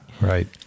Right